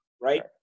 right